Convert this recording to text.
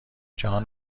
جان